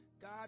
God